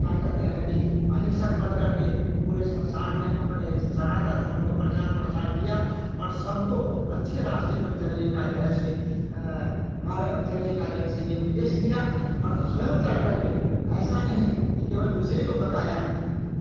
क्यों कहते हैं कि अहिंसक बनकर के पूरे संसार में अपने सनातन धर्म का प्रचार प्रसार किया और सबको अच्छे रास्ते पर चलने का जो है से मार चलने का जो है से यह उपदेश दिया और स्वयं चलकर के ऐसा नहीं कि केवल दूसरे को बताया